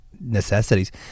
necessities